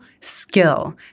skill